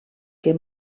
que